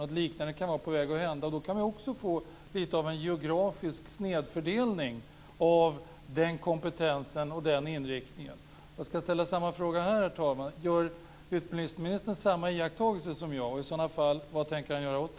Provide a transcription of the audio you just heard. Något liknande kan vara på väg att hända, och då kan man också få lite av en geografisk snedfördelning av den kompetensen och den inriktningen. Jag ska ställa samma fråga här. Gör utbildningsministern samma iakttagelse som jag, och i så fall, vad tänker han göra åt det?